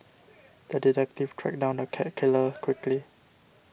the detective tracked down the cat killer quickly